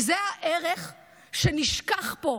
וזה הערך שנשכח פה,